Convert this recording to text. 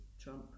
Trump